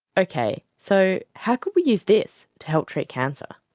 okay, so how could we use this to help treat cancer?